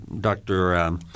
Dr